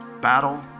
battle